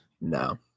No